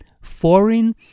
Foreign